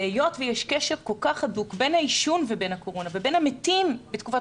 והיות ויש קשר כל כך הדוק ובין הקורונה ובין המתים בתקופת